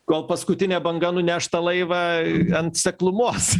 kol paskutinė banga nuneš tą laivą ant seklumos